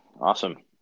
Awesome